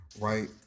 right